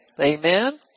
Amen